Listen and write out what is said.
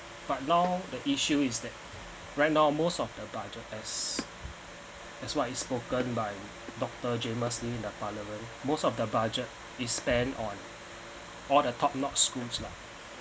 but now the issue is that right now most of the budget as as what is spoken by doctor jamus lim in the parliament most of the budget is spent on all the top notch schools lah